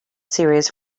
series